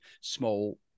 small